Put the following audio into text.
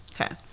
Okay